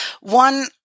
One